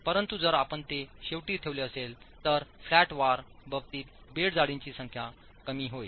परंतु जर आपण ते शेवटी ठेवले असेल तर फ्लॅट वार बाबतीत बेड जोडांची संख्या कमी होईल